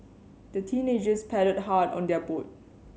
the teenagers paddled hard on their boat